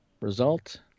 Result